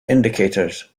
indicators